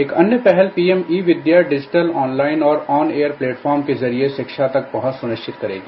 एक अन्य पहल PM e Vidya digital online और ऑन एयर प्लेटफॉर्म के जरिए शिक्षा तक पहुंच सुनिश्चित करेगी